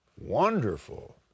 Wonderful